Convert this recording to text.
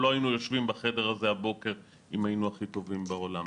לא היינו יושבים בחדר הזה הבוקר אם היינו הכי טובים בעולם.